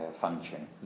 function